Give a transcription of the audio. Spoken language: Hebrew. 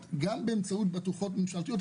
דרכים גם באמצעות בטוחות ממשלתיות,